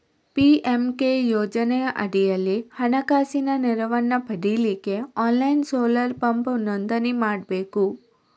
PMK ಯೋಜನೆಯ ಅಡಿಯಲ್ಲಿ ಹಣಕಾಸಿನ ನೆರವನ್ನ ಪಡೀಲಿಕ್ಕೆ ಆನ್ಲೈನ್ ಸೋಲಾರ್ ಪಂಪ್ ನೋಂದಣಿ ಮಾಡ್ಬೇಕು